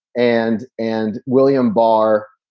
and and william barr,